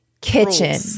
Kitchen